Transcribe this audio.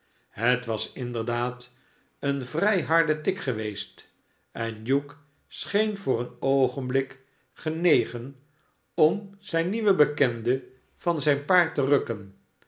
het was inderdaad een vrij harde tik geweest en hugh scheen voor een oogenblik genegen om zijn nieuwen bekende van zijn paard te rukken